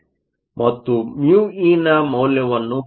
ಮತ್ತು μe ನ ಮೌಲ್ಯವನ್ನು ಪಡೆಯುತ್ತೀರಿ